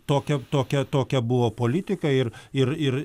tokia tokia tokia buvo politika ir ir ir